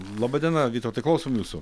laba diena vytautai klausom jūsų